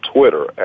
Twitter